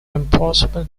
impossible